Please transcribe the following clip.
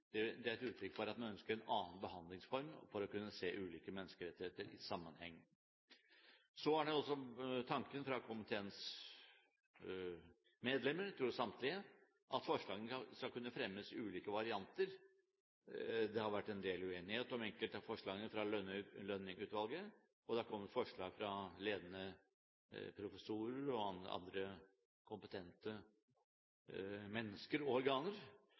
Det er et uttrykk for at man ønsker en annen behandlingsform for å kunne se ulike menneskerettigheter i sammenheng. Så var også tanken fra komiteens medlemmer – jeg tror samtlige – at forslagene skal kunne fremmes i ulike varianter. Det har vært en del uenighet om enkelte av forslagene fra Lønning-utvalget, og det har kommet forslag fra ledende professorer og andre kompetente mennesker og organer.